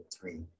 three